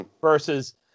versus